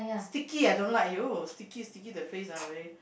sticky I don't like !aiyo! sticky sticky the face ah very